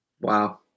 Wow